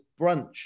brunch